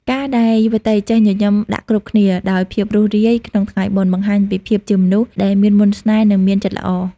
ការដែលយុវតីចេះ "ញញឹមដាក់គ្រប់គ្នា" ដោយភាពរួសរាយក្នុងថ្ងៃបុណ្យ បង្ហាញពីភាពជាមនុស្សដែលមានមន្តស្នេហ៍ និងមានចិត្តល្អ។